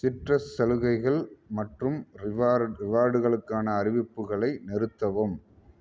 citrus சலுகைகள் மற்றும் reward ரிவார்டுகளுக்கான அறிவிப்புகளை நிறுத்தவும்